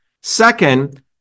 Second